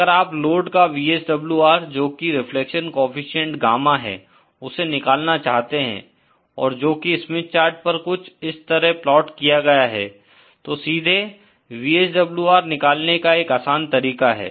अगर आप लोड का VSWR जो की रिफ्लेक्शन केफीसिएंट गामा है उसे निकालना चाहते हैं और जो की स्मिथ चार्ट पर कुछ इस तरह प्लाट किया गया है तो सीधे VSWR निकलने का एक आसान तरीका है